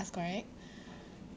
correct